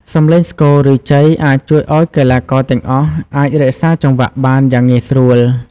សម្លេងស្គរ ឬជ័យអាចជួយឲ្យកីឡាករទាំងអស់អាចរក្សាចង្វាក់បានយ៉ាងងាយស្រួល។